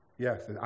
Yes